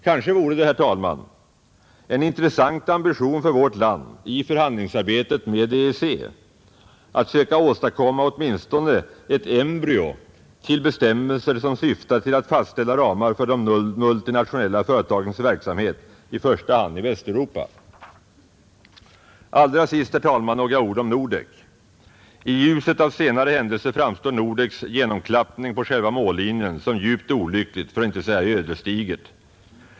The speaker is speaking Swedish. Kanske vore det, herr talman, en intressant ambition för vårt land i förhandlingsarbetet med EEC att söka åstadkomma åtminstone ett embryo till bestämmelser som syftar till att fastställa ramar för de multinationella företagens verksamhet, i första hand i Västeuropa. Allra sist, herr talman, några ord om Nordek. I ljuset av senare händelser framstår Nordeks genomklappning på själva mållinjen som djupt olycklig för att icke säga ödesdiger.